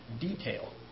detail